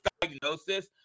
diagnosis